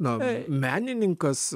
na menininkas